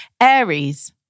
Aries